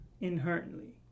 inherently